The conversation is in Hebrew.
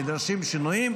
נדרשים שינויים,